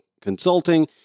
Consulting